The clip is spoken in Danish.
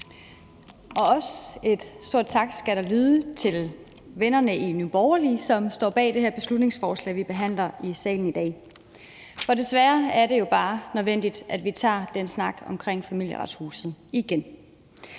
også lyde en stor tak til vennerne i Nye Borgerlige, som står bag det her beslutningsforslag, vi behandler i salen i dag. For desværre er det jo bare nødvendigt, at vi tager den snak om Familieretshuset igen.